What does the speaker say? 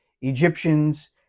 Egyptians